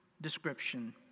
description